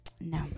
No